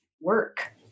work